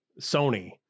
Sony